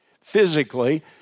physically